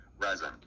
resin